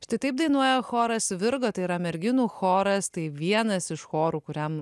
šitaip dainuoja choras virgo tai yra merginų choras tai vienas iš chorų kuriam